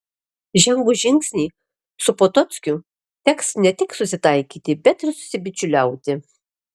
žengus žingsnį su potockiu teks ne tik susitaikyti bet ir susibičiuliauti